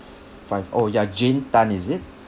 five oh ya jane tan is it